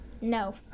No